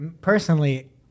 personally